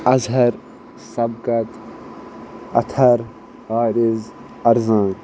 اظہر سبقط اطہر آرِز ارضان